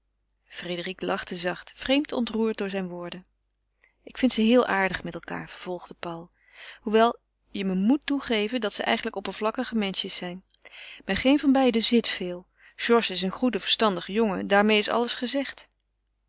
frédérique lachte zacht vreemd ontroerd door zijne woorden ik vind ze heel aardig met elkaâr vervolgde paul hoewel je me moet toegeven dat ze eigenlijk oppervlakkige menschjes zijn bij geen van beiden zit veel georges is een goede verstandige jongen daarmeê is alles gezegd